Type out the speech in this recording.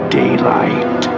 daylight